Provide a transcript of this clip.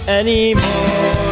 anymore